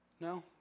No